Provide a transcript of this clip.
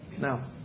Now